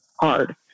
hard